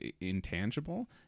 intangible